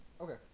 Okay